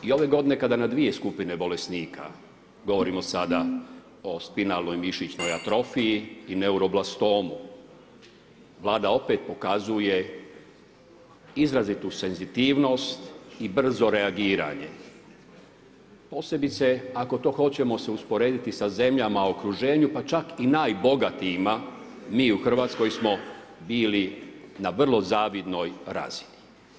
I ove godine kada na dvije skupine bolesnika, govorimo sada o spinalnoj mišićnoj atrofiji i neuroblastomu, Vlada opet pokazuje izrazitu senzitivnost i brzo reagiranje posebice ako to hoće usporediti sa zemljama u okruženju pa čak i najbogatijima, mi u Hrvatskoj smo bili na vrlo zavidnoj razini.